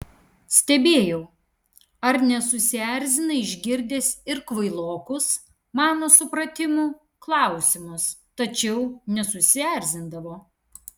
stebėjau ar nesusierzina išgirdęs ir kvailokus mano supratimu klausimus tačiau nesusierzindavo